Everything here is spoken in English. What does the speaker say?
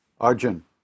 Arjun